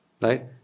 right